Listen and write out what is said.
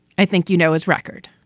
i think you know his record.